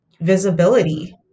visibility